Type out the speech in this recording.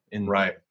right